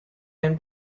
him